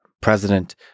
president